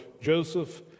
Joseph